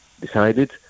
decided